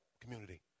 community